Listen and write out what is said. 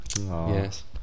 Yes